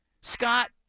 Scott